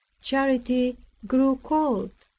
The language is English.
charity grew cold,